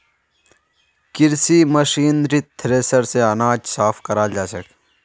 कृषि मशीनरीत थ्रेसर स अनाज साफ कराल जाछेक